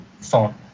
phone